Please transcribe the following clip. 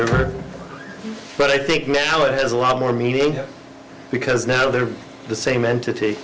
river but i think now it has a lot more media because now they're the same entity